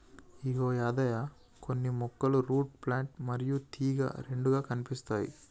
ఇగో యాదయ్య కొన్ని మొక్కలు root plant మరియు తీగ రెండుగా కనిపిస్తాయి